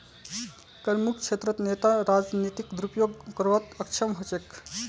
करमुक्त क्षेत्रत नेता राजनीतिक दुरुपयोग करवात अक्षम ह छेक